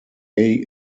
van